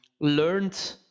learned